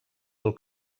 del